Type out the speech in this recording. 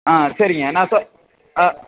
ஆ சரிங்க நான் சொ ஆ